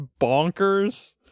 bonkers